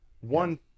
One